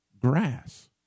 grass